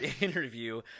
interview